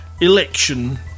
election